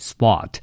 ？Spot，